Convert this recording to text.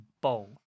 bowl